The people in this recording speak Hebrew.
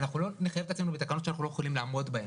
אנחנו לא נחייב את עצמינו בתקנות שאנחנו לא יכולים לעמוד בהן.